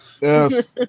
Yes